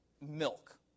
milk